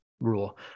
rule